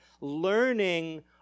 Learning